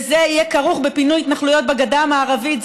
שיהיה כרוך בפינוי התנחלויות בגדה המערבית,